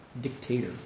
dictator